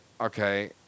okay